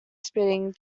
spitting